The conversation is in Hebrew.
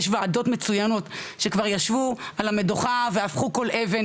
יש ועדות מצוינות שכבר ישבו על המדוכה והפכו כל אבן,